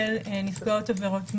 של נפגעות עבירות מין,